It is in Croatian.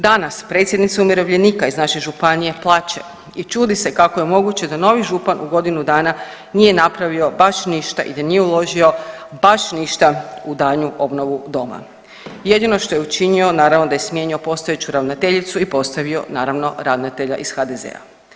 Danas predsjednici umirovljenika iz naše županije plače i čudi se kako je moguće da novi župan u godinu dana nije napravio baš ništa i da nije uložio baš ništa u daljnju obnovu doma, jedino što je učinio naravno da je smijenio postojeću ravnateljicu i postavio naravno ravnatelja iz HDZ-a.